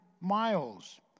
miles